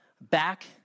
back